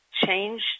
change